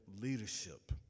leadership